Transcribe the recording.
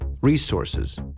resources